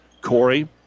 Corey